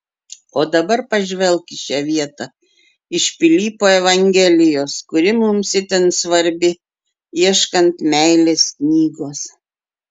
o dabar pažvelk į šią vietą iš pilypo evangelijos kuri mums itin svarbi ieškant meilės knygos